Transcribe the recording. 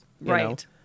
right